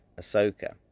Ahsoka